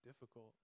difficult